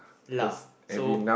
lah so